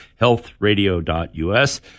Healthradio.us